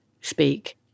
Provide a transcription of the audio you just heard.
speak